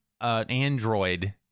android